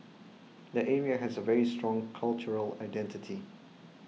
the area has a very strong cultural identity